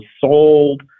sold